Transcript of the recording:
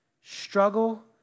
struggle